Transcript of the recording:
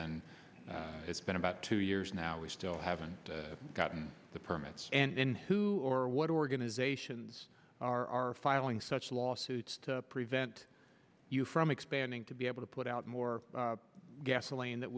and it's been about two years now we still haven't gotten the permits and who or what organizations are filing such lawsuits to prevent you from expanding to be able to put out more gasoline that